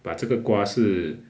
but 这个瓜是